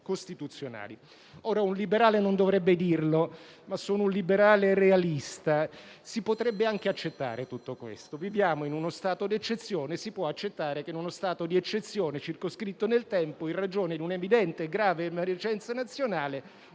Un liberale non dovrebbe dirlo, ma sono un liberale realista: si potrebbe anche accettare tutto questo; viviamo in uno stato d'eccezione e si può accettare che in uno stato di eccezione circoscritto nel tempo, in ragione di un'evidente e grave emergenza nazionale,